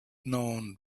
known